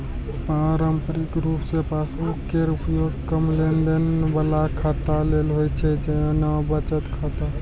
पारंपरिक रूप सं पासबुक केर उपयोग कम लेनदेन बला खाता लेल होइ छै, जेना बचत खाता